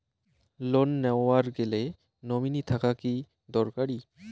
Loan নেওয়ার গেলে nominee থাকা কি দরকারী?